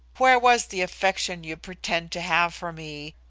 where was the affection you pretend to have for me,